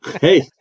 Hey